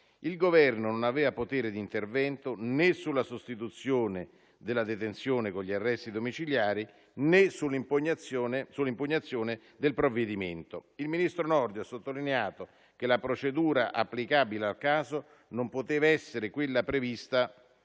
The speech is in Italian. Il Governo non aveva potere di intervento, né sulla sostituzione della detenzione con gli arresti domiciliari, né sull'impugnazione del provvedimento. Il ministro Nordio ha sottolineato che la procedura applicabile al caso non poteva essere quella prevista